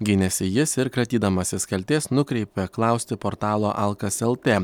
gynėsi jis ir kratydamasis kaltės nukreipė klausti portalo alkas lt